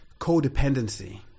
codependency